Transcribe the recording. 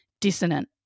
dissonant